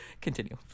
Continue